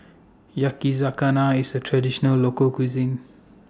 Yakizakana IS A Traditional Local Cuisine